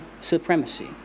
supremacy